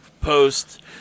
post